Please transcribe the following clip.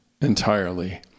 entirely